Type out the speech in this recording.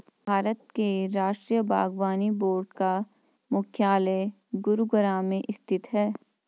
भारत के राष्ट्रीय बागवानी बोर्ड का मुख्यालय गुरुग्राम में स्थित है